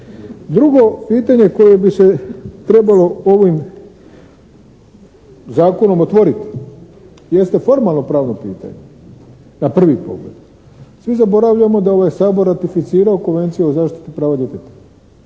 Drugo pitanje koje bi se trebalo ovim zakonom otvoriti jeste formalno pravno pitanje na prvi pogled. Svi zaboravljamo da je ovaj Sabor ratificirao Konvenciju o zaštiti prava djeteta.